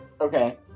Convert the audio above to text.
Okay